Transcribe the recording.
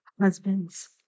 husbands